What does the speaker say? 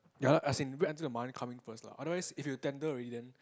ya lah as in wait for the money come in first lah otherwise if you tender already then